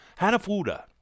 Hanafuda